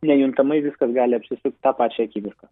nejuntamai viskas gali apsisukt tą pačią akimirką